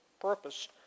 purpose